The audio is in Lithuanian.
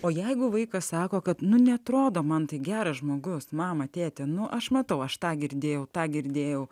o jeigu vaikas sako kad nu neatrodo man tai geras žmogus mamą tėtį nu aš matau aš tą girdėjau tą girdėjau